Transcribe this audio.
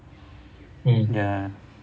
ya